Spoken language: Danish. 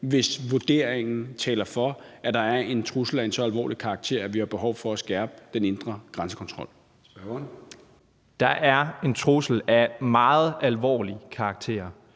hvis vurderingen taler for, at der er en trussel af en så alvorlig karakter, at vi har behov for at skærpe den indre grænsekontrol. Kl. 13:16 Formanden (Søren Gade): Spørgeren.